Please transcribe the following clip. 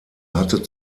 hatte